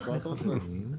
שקלים.